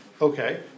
Okay